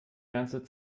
ganze